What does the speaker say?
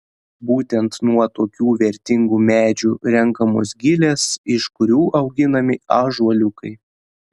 būtent nuo tokių vertingų medžių renkamos gilės iš kurių auginami ąžuoliukai